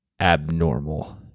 abnormal